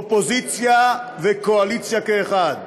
אופוזיציה וקואליציה כאחד.